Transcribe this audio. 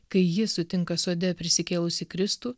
kai ji sutinka sode prisikėlusį kristų